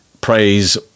praise